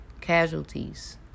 casualties